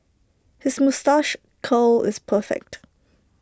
his moustache curl is perfect